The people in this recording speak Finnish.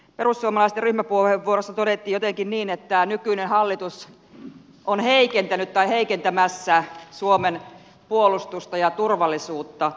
perussuomalaisten ryhmäpuheenvuorossa todettiin jotenkin niin että nykyinen hallitus on heikentänyt tai on heikentämässä suomen puolustusta ja turvallisuutta